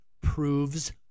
proves